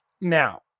Now